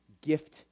gift